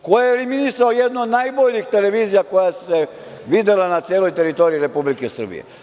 Ko je eliminisao jednu od najboljih televizija koja se videla na celoj teritoriji Republike Srbije?